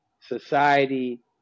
society